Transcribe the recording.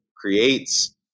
creates